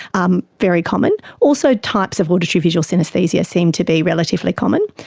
um very common. also types of auditory visual synaesthesia seem to be relatively common.